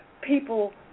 people